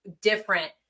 different